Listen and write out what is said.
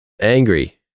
Angry